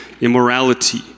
immorality